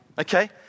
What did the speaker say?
okay